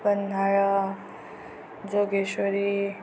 Panhala Jogeshwari